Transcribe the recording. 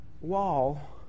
wall